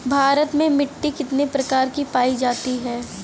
भारत में मिट्टी कितने प्रकार की पाई जाती हैं?